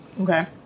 Okay